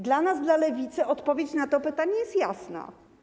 Dla nas, dla Lewicy, odpowiedź na to pytanie jest jasna.